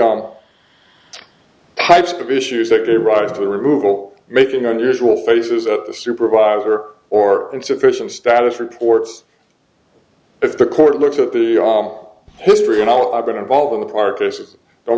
the types of issues that arise to the removal making unusual faces at the supervisor or insufficient status reports if the court looks at the all history and all i've been involved in the park is don't